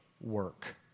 work